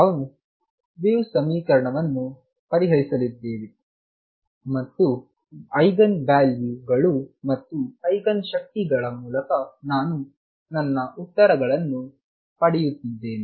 ನಾನು ವೇವ್ ಸಮೀಕರಣವನ್ನು ಪರಿಹರಿಸುತ್ತಿದ್ದೇನೆ ಮತ್ತು ಐಗನ್ ವ್ಯಾಲ್ಯೂ ಗಳು ಮತ್ತು ಐಗನ್ ಶಕ್ತಿಯ ಮೂಲಕ ನಾನು ನನ್ನ ಉತ್ತರಗಳನ್ನು ಪಡೆಯುತ್ತಿದ್ದೇನೆ